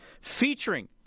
featuring